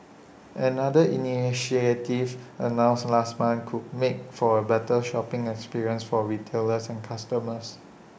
another initiative announced last month could make for A better shopping experience for retailers and customers